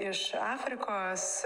iš afrikos